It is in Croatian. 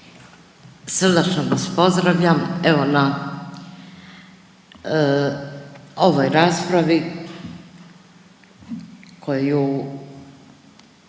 Srdačno vas pozdravljam evo na ovoj raspravi koju